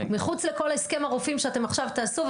מחוץ לכל הסכם הרופאים שאתם עכשיו תעשו,